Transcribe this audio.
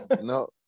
No